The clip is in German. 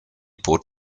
bot